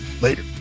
later